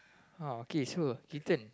oh okay so Clayton